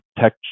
tech